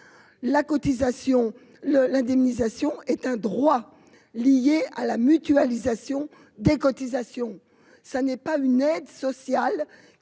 la cotisation le l'indemnisation est un droit lié à la mutualisation des cotisations, ça n'est pas une aide sociale